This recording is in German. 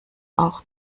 auch